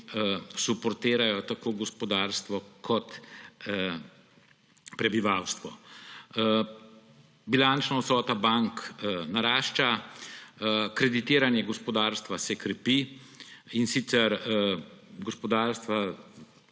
suportirajo tako gospodarstvo kot prebivalstvo. Bilančna vsota bank narašča, kreditiranje gospodarstva se krepi, in sicer gospodarstva